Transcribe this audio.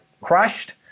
crushed